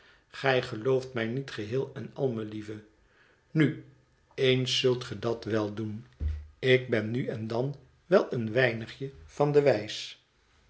gij gelooft mij niet geheel en al melieve nu eens zult ge dat wel doen ik ben nu en dan wel een weinigje van de wijs